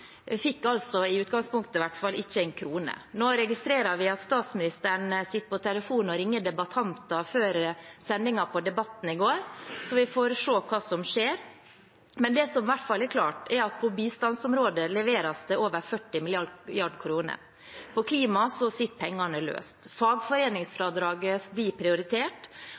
fikk altså – i utgangspunktet, i hvert fall – ikke en krone. Nå registrerer vi at statsministeren sitter på telefonen og ringer debattanter før Debatten-sendingen i går, så vi får se hva som skjer. Det som i hvert fall er klart, er at det på bistandsområdet leveres over 40 mrd. kr. På klimaområdet sitter pengene løst. Fagforeningsfradraget blir prioritert,